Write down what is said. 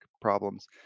problems